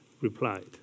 replied